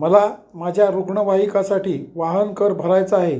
मला माझ्या रुग्णवाहिकेसाठी वाहनकर भरायचा आहे